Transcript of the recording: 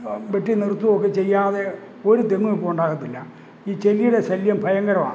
വെട്ടിനിർത്തുവോക്കെ ചെയ്യാതെ ഒരു തെങ്ങും ഇപ്പോള് ഉണ്ടാകാത്തില്ല ഈ ചെല്ലിയുടെ ശല്യം ഭയങ്കരമാണ്